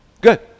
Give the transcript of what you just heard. Good